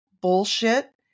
bullshit